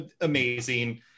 amazing